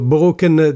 Broken